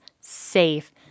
safe